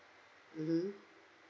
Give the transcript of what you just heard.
mmhmm